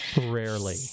Rarely